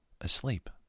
asleep